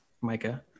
Micah